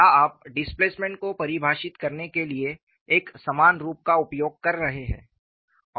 यहां आप डिस्प्लेसमेंट को परिभाषित करने के लिए एक समान रूप का उपयोग कर रहे हैं